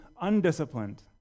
undisciplined